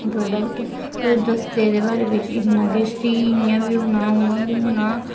product पर दसदे एह्दे बारे बिच इन्ना किश फ्ही इन्ना बी इ'यां अ'ऊं